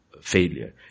failure